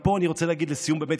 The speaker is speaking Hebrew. ופה אני רוצה להגיד לסיום באמת,